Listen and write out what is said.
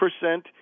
percent